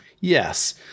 Yes